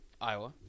Iowa